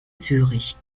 zürich